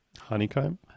Honeycomb